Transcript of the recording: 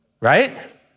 Right